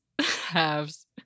halves